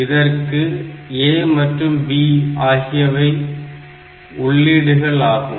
இதற்கு A மற்றும் B ஆகியவை உள்ளீடுகள் ஆகும்